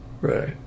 Right